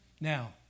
Now